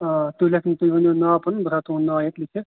آ تُہۍ لیکھنٲوِو تُہۍ ؤنِو ناو پَنُن بہٕ تھاوٕ تُہُنٛد ناو ییٚتہِ لیٖکھِتھ